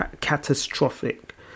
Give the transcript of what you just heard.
catastrophic